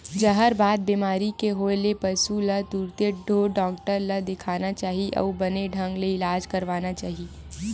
जहरबाद बेमारी के होय ले पसु ल तुरते ढ़ोर डॉक्टर ल देखाना चाही अउ बने ढंग ले इलाज करवाना चाही